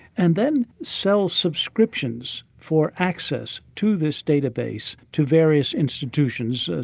and then sell subscriptions for access to this database to various institutions,